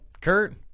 Kurt